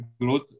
growth